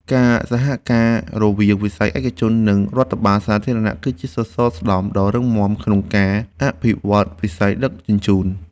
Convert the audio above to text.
ការសហការរវាងវិស័យឯកជន និងរដ្ឋបាលសាធារណៈគឺជាសសរស្តម្ភដ៏រឹងមាំក្នុងការអភិវឌ្ឍវិស័យដឹកជញ្ជូន។